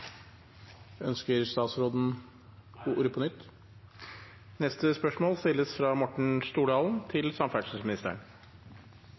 Ønsker statsråden ordet på nytt?